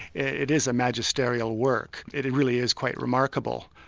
it is a magisterial work, it it really is quite remarkable.